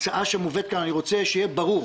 ההצעה שמובאת כאן, שאני מבין